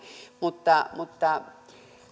mutta mutta